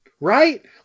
Right